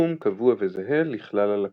סכום קבוע וזהה לכלל הלקוחות.